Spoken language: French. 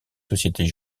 sociétés